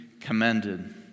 commended